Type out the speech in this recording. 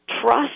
trust